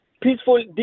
peaceful